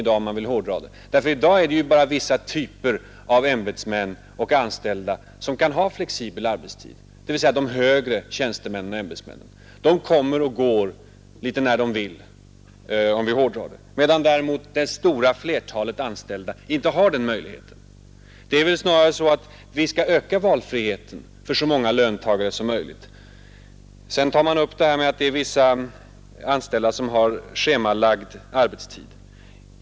I dag är det bara vissa typer av ämbetsmän och andra anställda som kan ha flexibel arbetstid. Jag syftar på de högre tjänstemännen och ämbetsmännen, som kan komma och gå litet när de vill, medan däremot det stora flertalet anställda inte har den möjligheten. Det är väl så att vi skall öka valfriheten för de många löntagarna! Man tar vidare upp det förhållandet att vissa anställda har schemalagd arbetstid.